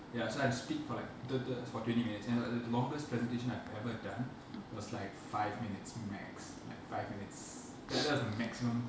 ya so I have to speak for like tota~ for twenty minutes and like the longest presentation I have ever done was like five minutes max like five minutes that that was the maximum